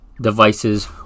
devices